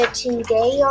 today